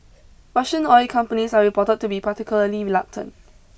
Russian oil companies are reported to be particularly reluctant